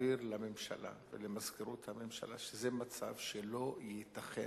שיעביר לממשלה ולמזכירות הממשלה שזה מצב שלא ייתכן.